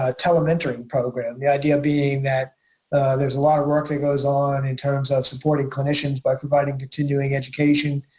ah telementoring program, the idea being that there's a lot of work that goes on in terms of supporting clinicians by providing continuing education.